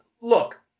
look